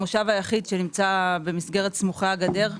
המושב היחיד שנמצא במסגרת סמוכי-הגדר.